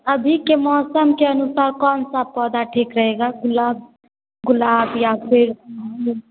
अभी के मौसम के अनुसार कौन सा पौधा ठीक रहेगा गुलाब गुलाब या फिर